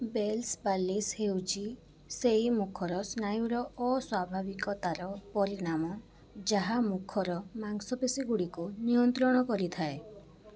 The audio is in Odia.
ବେଲ୍ସ୍ ପାଲସି ହେଉଛି ସେହି ମୁଖ ସ୍ନାୟୁର ଅସ୍ୱାଭାବିକତାର ପରିଣାମ ଯାହା ମୁଖର ମାଂସପେଶୀଗୁଡ଼ିକୁ ନିୟନ୍ତ୍ରଣ କରିଥାଏ